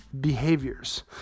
behaviors